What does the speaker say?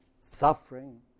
Suffering